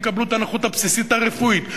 יקבלו את הנכות הבסיסית הרפואית.